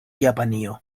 japanio